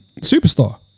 Superstar